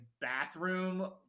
bathroom